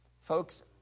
Folks